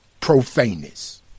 profaneness